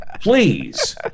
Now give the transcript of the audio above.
please